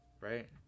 Right